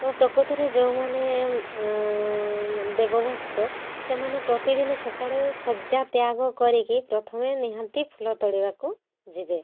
ତ ପ୍ରକୃତରେ ଯେଉଁମାନେ ଦେବ ଭକ୍ତ ସେମାନେ ପ୍ରତିଦିନ ସକାଳେ ଶଯ୍ୟା ତ୍ୟାଗ କରିକି ପ୍ରଥମେ ନିହାତି ଫୁଲ ତୋଳିବାକୁ ଯିବେ